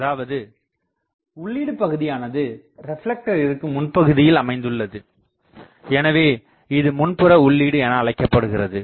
அதாவது உள்ளீடு பகுதியானது ரெப்லெக்ட் இருக்கு முன்பகுதியில் அமைந்துள்ளது எனவே இது முன்புற உள்ளீடு என அழைக்கப்படுகிறது